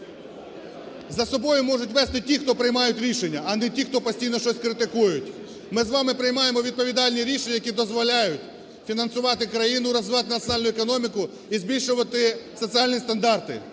за собою можуть вести ті, хто приймає рішення, а не ті, хто постійно щось критикують. Ми з вами приймаємо відповідальні рішення, які дозволяють фінансувати країну, розвивати національну економіку і збільшувати соціальні стандарти.